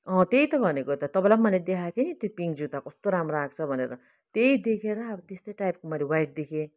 त्यही त भनेको त तपाईँलाई पनि मैले देखाएको थिएँ नि त्यो पिङ्क जुत्ता कस्तो राम्रो आओको छ भनेर त्यही देखेर अब त्यस्तै टाइपको मैले वाइट देखेँ